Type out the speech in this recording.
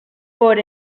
por